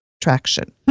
traction